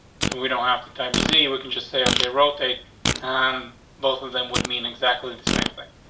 we don't have to times e we can just say, ok, rotate on both of them would mean exactly the same thing.